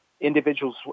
individuals